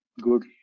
good